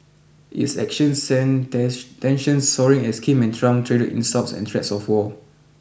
its actions sent tensions soaring as Kim and Trump traded insults and threats of war